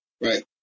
Right